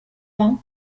vingt